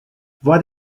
what